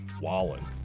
Wallen